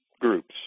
groups